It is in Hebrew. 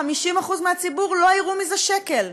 50% מהציבור לא יראו מזה שקל,